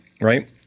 right